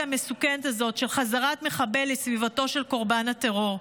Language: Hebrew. המסוכנת הזאת של חזרת מחבל לסביבתו של קורבן הטרור.